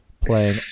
playing